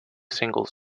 singles